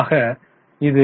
ஆக இது 0